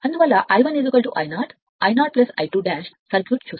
సరైనది అందువల్ల I1 I 0 I 0 I2 circuit చూస్తాను